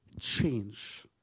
change